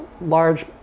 large